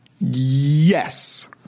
Yes